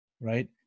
right